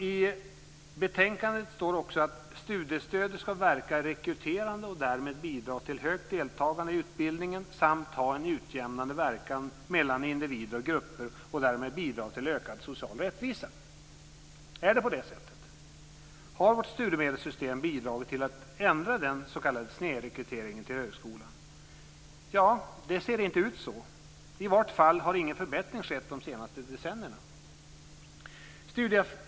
I betänkandet står det att "studiestödet skall verka rekryterande och därmed bidra till högt deltagande i utbildningen samt ha en utjämnande verkan mellan individer och grupper - och därmed bidra till ökad social rättvisa". Är det på det sättet? Har vårt studiemedelssystem bidragit till att ändra den s.k. snedrekryteringen till högskolan? Det ser inte ut att vara så. I varje fall har ingen förbättring skett under de senaste decennierna.